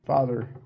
Father